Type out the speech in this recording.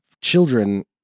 children